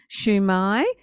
shumai